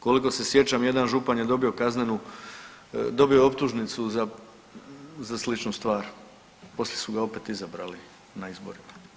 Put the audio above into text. Koliko se sjećam jedan župan je dobio kaznenu, dobio je optužnicu za sličnu stvar, poslije su ga opet izabrali na izborima.